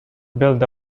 build